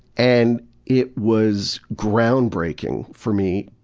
and it was groundbreaking for me,